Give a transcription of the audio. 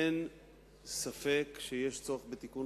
אין ספק שיש צורך בתיקון